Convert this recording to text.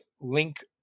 link